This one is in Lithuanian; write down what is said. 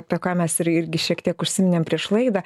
apie ką mes ir irgi šiek tiek užsiminėm prieš laidą